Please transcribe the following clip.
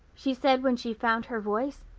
she said when she found her voice.